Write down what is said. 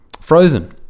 Frozen